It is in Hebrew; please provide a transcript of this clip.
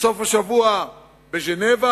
בסוף השבוע בז'נבה,